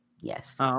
Yes